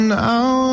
now